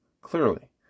Clearly